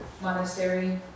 monastery